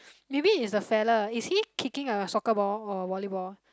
maybe is the fella is he kicking a soccer ball or a volleyball